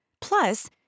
Plus